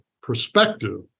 perspective